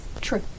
True